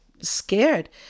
scared